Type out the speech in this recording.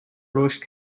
رشد